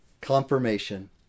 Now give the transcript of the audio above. confirmation